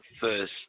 first